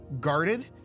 guarded